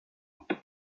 âge